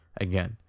again